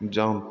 jump